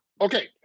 Okay